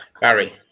Barry